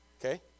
Okay